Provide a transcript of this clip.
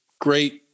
great